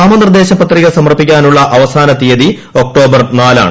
നാമനിർദ്ദേശ പത്രിക സമ്മർപ്പിക്കാനുള്ള അവസാന തീയതി ഒക്ടോബർ നാലാണ്